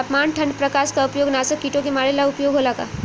तापमान ठण्ड प्रकास का उपयोग नाशक कीटो के मारे ला उपयोग होला का?